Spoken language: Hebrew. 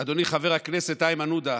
אדוני חבר הכנסת איימן עודה,